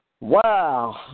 Wow